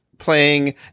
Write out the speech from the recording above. playing